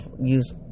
use